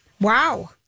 wow